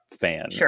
fan